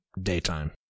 daytime